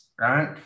right